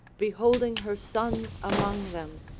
beholding her sons among them,